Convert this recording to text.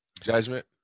Judgment